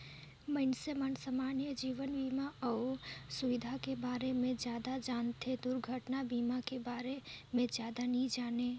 मइनसे मन समान्य जीवन बीमा अउ सुवास्थ के बारे मे जादा जानथें, दुरघटना बीमा के बारे मे जादा नी जानें